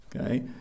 Okay